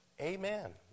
Amen